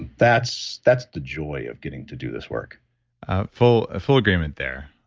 that's that's the joy of getting to do this work full full agreement there.